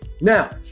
Now